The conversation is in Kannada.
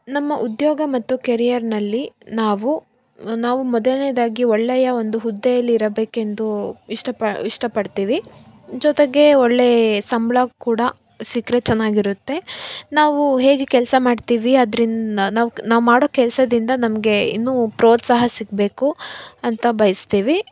ನಮ್ಮ ಉದ್ಯೋಗ ಮತ್ತು ಕೆರಿಯರ್ನಲ್ಲಿ ನಾವು ನಾವು ಮೊದಲನೇದಾಗಿ ಒಳ್ಳೆಯ ಒಂದು ಹುದ್ದೆಯಲ್ಲಿ ಇರಬೇಕೆಂದು ಇಷ್ಟ ಪಡು ಇಷ್ಟಪಡ್ತೀವಿ ಜೊತೆಗೆ ಒಳ್ಳೆಯ ಸಂಬಳ ಕೂಡ ಸಿಕ್ಕರೆ ಚೆನ್ನಾಗಿರುತ್ತೆ ನಾವು ಹೇಗೆ ಕೆಲಸ ಮಾಡ್ತೀವಿ ಅದ್ರಿಂದ್ ನಾವು ನಾವು ಮಾಡೋ ಕೆಲಸದಿಂದ ನಮಗೆ ಇನ್ನೂ ಪ್ರೋತ್ಸಾಹ ಸಿಗಬೇಕು ಅಂತ ಬಯಸ್ತೀವಿ